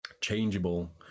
changeable